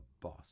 boss